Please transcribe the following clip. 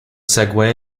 segway